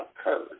occurred